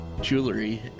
jewelry